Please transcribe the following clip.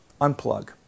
Unplug